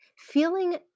Feeling